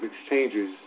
exchanges